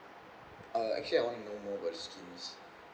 uh actually I want to know more about the schemes